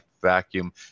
vacuum